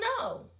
no